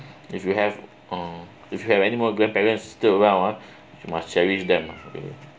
if you have uh if you have anymore grandparents still around uh you must cherish them uh